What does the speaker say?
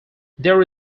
there